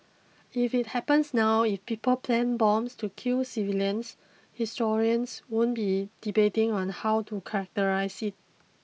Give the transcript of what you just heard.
if it happens now if people plant bombs to kill civilians historians won't be debating on how to characterise it